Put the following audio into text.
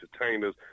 entertainers